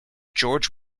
george